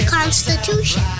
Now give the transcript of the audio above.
Constitution